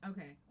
Okay